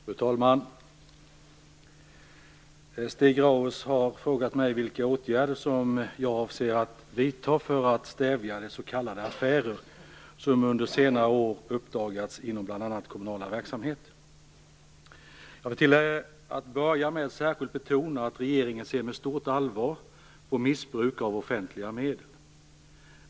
Fru talman! Stig Grauers har frågat mig vilka åtgärder jag avser att vidta för att stävja de s.k. affärer som under senare år uppdagats inom bl.a. kommunala verksamheter. Jag vill till att börja med särskilt betona att regeringen ser med stort allvar på missbruk av offentliga medel.